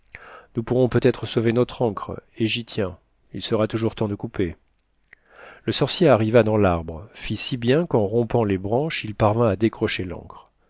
nous pourrons peut-être sauver notre ancre et j'y tiens il sera toujours temps de couper le sorcier arrivé dans l'arbre fit si bien qu'en rompant les branches il parvint à décrocher l'ancre